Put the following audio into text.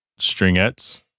Stringettes